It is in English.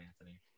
Anthony